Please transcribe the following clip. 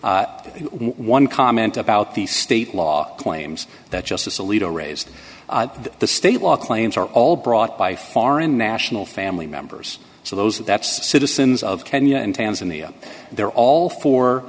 one comment about the state law claims that justice alito raised the state law claims are all brought by foreign national family members so those that citizens of kenya and tanzania they're all fo